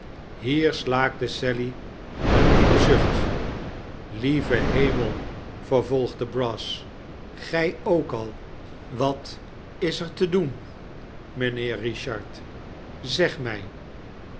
hier slaakte sally een diepen zucht lieve hernel vervolgde brass gij ook al wat is er te doen mijnheer richard zeg mij